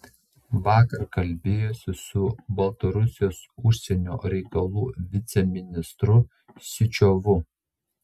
vakar kalbėjosi su baltarusijos užsienio reikalų viceministru syčiovu